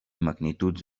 magnituds